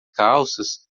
calças